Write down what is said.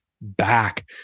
back